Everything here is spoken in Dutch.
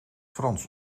frans